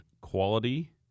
quality